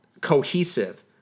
cohesive